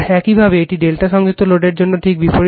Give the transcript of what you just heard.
একইভাবে একটি Δ সংযুক্ত লোডের জন্য ঠিক বিপরীত